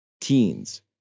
teens